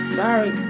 sorry